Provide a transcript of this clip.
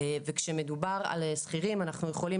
כאשר מדובר על שכירים אנחנו יכולים